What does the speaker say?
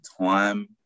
time